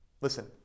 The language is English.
Listen